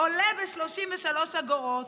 עולה ב-33 אגורות.